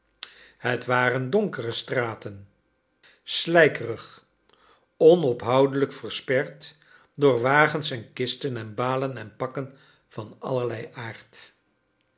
het waren donkere straten slijkerig onophoudelijk versperd door wagens en kisten en balen en pakken van allerlei aard